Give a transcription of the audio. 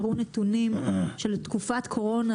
הראו נתונים של תקופת קורונה,